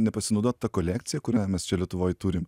nepasinaudot ta kolekcija kurią mes čia lietuvoj turim